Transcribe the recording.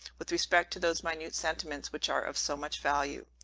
with respect to those minute sentiments which are of so much value.